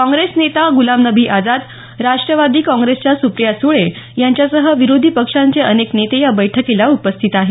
काँग्रेस नेता गुलामनबी आझाद राष्टवादी काँग्रेसच्या सुप्रिया सुळे यांच्यासह विरोधी पक्षांचे अनेक नेते या बैठकीला उपस्थित आहेत